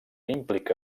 implica